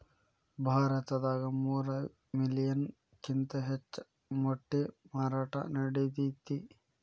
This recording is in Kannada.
ಭಾರತದಾಗ ಮೂರ ಮಿಲಿಯನ್ ಕಿಂತ ಹೆಚ್ಚ ಮೊಟ್ಟಿ ಮಾರಾಟಾ ನಡಿತೆತಿ